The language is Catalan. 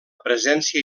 presència